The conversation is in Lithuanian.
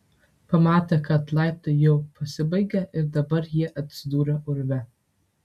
pamatė kad laiptai jau pasibaigę ir dabar jie atsidūrę urve